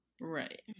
Right